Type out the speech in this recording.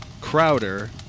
Crowder